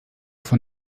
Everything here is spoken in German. von